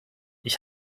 ich